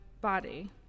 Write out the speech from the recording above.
body